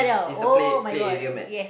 is is a play play area mat